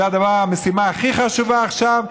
זו המשימה הכי חשובה עכשיו,